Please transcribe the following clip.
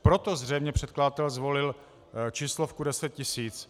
Proto zřejmě předkladatel zvolil číslovku 10 tisíc.